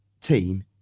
team